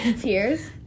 Tears